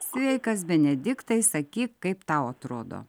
sveikas benediktai sakyk kaip tau atrodo